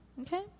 Okay